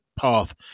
path